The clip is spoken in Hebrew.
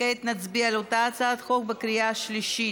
וכעת נצביע על אותה הצעת חוק בקריאה השלישית.